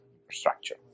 infrastructure